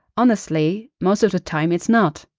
honestly, most of the time, it's not.